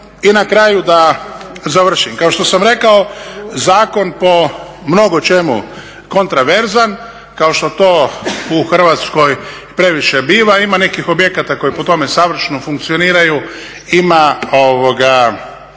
I na kraju da završim, kao što sam rekao, zakon je po mnogočemu kontroverzan kao što to u Hrvatskoj previše biva, ima nekih objekata koji po tome savršeno funkcioniraju, ima koji